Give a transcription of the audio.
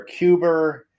cuber